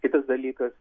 kitas dalykas